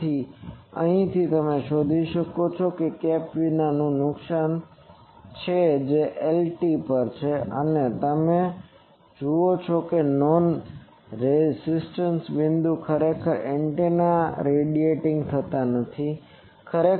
તેથી અહીંથી તમે શોધી શકો છો કે કેપ વિના શું નુકસાન છે જે Lr પર છે અને તમે જુઓ છો કે નોન રેઝોનન્ટ બિંદુએ ખરેખર એન્ટેના રેડિયેટીંગ નથી